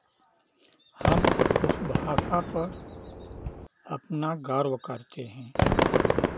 हम उस भाषा पर अपना गर्व करते हैं